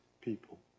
people